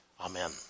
Amen